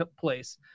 place